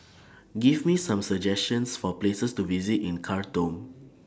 Give Me Some suggestions For Places to visit in Khartoum